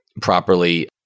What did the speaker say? properly